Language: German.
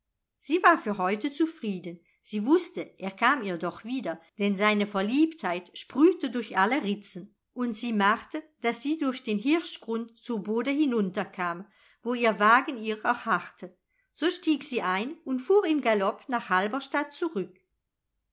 sie war für heute zufrieden sie wußte er kam ihr doch wieder denn seine verliebtheit sprühte durch alle ritzen und sie machte daß sie durch den hirschgrund zur bode hinunterkam wo ihr wagen ihrer harrte so stieg sie ein und fuhr im galopp nach halberstadt zurück